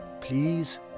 Please